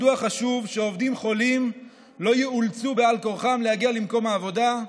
מדוע חשוב שעובדים חולים לא יאולצו בעל כורחם להגיע למקום העבודה,